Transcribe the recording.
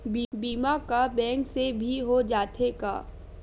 बीमा का बैंक से भी हो जाथे का?